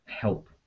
help